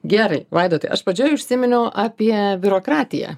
gerai vaidotai aš pradžioj užsiminiau apie biurokratiją